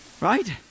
Right